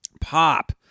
pop